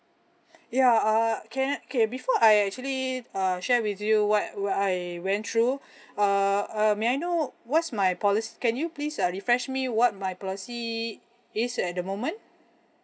ya err can okay before I actually uh share with you what I went through err err may I know what's my poli~ can you please uh refresh me what my policy is at the moment